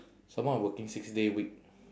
some more I'm working six day week